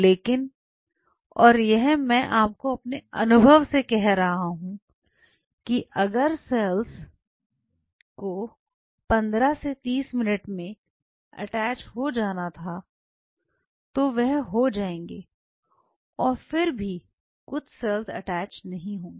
लेकिन अगर और यह मैं आपको अपने अनुभव से कह रहा हूं कि अगर सेल्स को 15 से 30 मिनट में अटैच हो जाना था तो वह हो जाएंगे और फिर भी कुछ सेल्स अटैच नहीं होंगे